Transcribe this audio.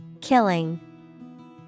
Killing